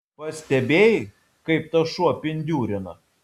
pastebėjai kaip tas šuo pindiūrina